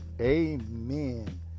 Amen